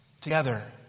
together